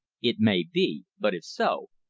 it may be but if so,